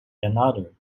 another